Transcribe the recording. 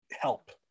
help